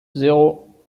zéro